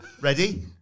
Ready